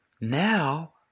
Now